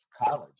college